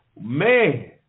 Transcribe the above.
Man